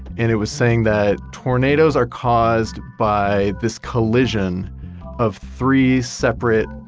and it was saying that tornadoes are caused by this collision of three separate,